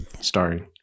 Starring